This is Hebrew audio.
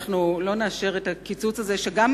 אנחנו לא נאשר את הקיצוץ הזה, שגם